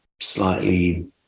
slightly